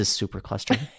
supercluster